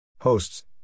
hosts